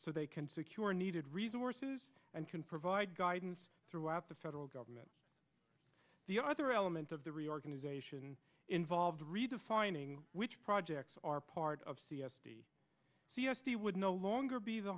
so they can secure needed resources and can provide guidance throughout the federal government the other element of the reorganization involves redefining which projects are part of c s t c s p would no longer be the